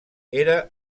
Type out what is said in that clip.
era